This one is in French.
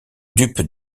dupe